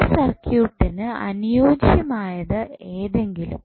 ആ സർക്യൂട്ടിനു അനുയോജ്യമായത് ഏതെങ്കിലും